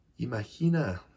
Imagina